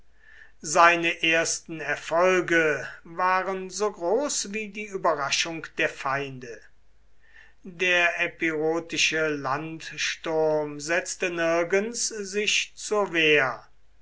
seine ersten erfolge waren so groß wie die überraschung der feinde der epirotische landsturm setzte nirgends sich zur wehr